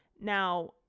Now